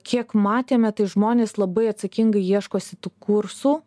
kiek matėme tai žmonės labai atsakingai ieškosi tų kursų